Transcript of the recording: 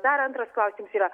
dar antras klausimas yra